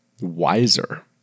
wiser